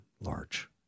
large